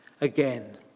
again